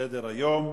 בסדר-היום: